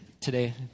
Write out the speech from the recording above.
today